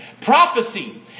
Prophecy